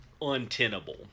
untenable